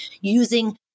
using